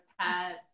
pets